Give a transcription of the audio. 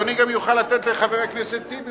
אדוני גם יוכל לתת לחבר הכנסת טיבי,